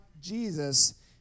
Jesus